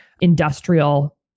industrial